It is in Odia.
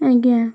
ଆଜ୍ଞା